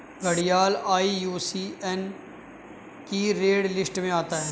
घड़ियाल आई.यू.सी.एन की red list में आता है